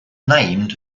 named